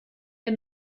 der